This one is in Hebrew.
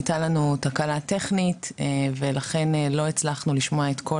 הייתה לנו תקלה טכנית ולכן לא הצלחנו לשמוע את כל